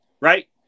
right